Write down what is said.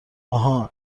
آهان